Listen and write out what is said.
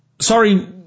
Sorry